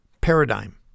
paradigm